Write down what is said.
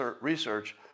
research